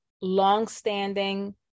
longstanding